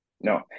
No